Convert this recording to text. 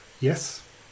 Yes